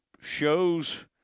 shows